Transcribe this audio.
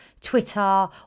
Twitter